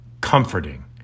comforting